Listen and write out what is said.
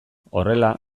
horrela